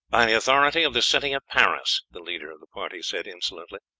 the authority of the city of paris, the leader of the party said insolently.